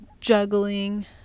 juggling